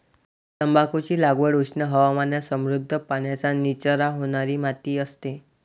तंबाखूची लागवड उष्ण हवामानात समृद्ध, पाण्याचा निचरा होणारी माती असते